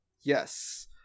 yes